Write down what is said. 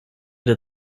der